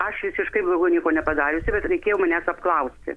aš visiškai blogo nieko nepadariusi bet reikėjo manęs apklausti